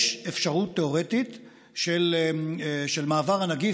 יש אפשרות תיאורטית של מעבר הנגיף,